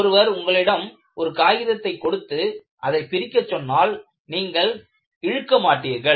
ஒருவர் உங்களிடம் ஒரு காகிதத்தை கொடுத்து அதைப் பிரிக்க சொன்னால் நீங்கள் இழுக்க மாட்டீர்கள்